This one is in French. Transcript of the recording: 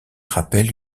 rappelle